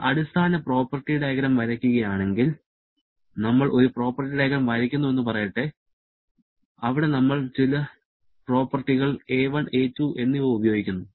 നമ്മൾ അടിസ്ഥാന property diagram വരയ്ക്കുകയാണെങ്കിൽ നമ്മൾ ഒരു പ്രോപ്പർട്ടി ഡയഗ്രം വരയ്ക്കുന്നുവെന്ന് പറയട്ടെ അവിടെ നമ്മൾ ചില പ്രോപ്പർട്ടികൾ a1 a2 എന്നിവ ഉപയോഗിക്കുന്നു